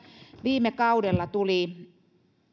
viime kaudella